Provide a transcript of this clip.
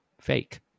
fake